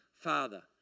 father